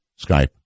Skype